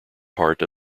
part